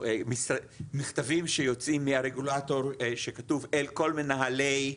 מכתבים שיוצאים מהרגולטור שכתוב "אל כל מנהלי..."